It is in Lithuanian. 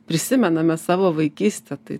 prisimename savo vaikystę tai